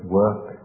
work